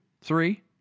three